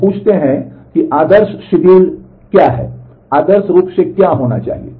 अब हम पूछते हैं कि आदर्श शिड्यूल क्या है आदर्श रूप से क्या होना चाहिए